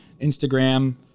Instagram